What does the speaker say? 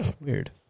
Weird